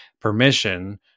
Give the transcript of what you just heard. permission